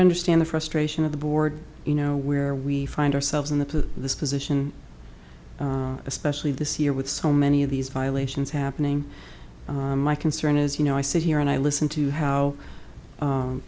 understand the frustration of the board you know where we find ourselves in the this position especially this year with so many of these violations happening my concern is you know i sit here and i listen to how